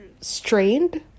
strained